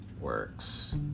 works